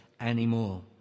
anymore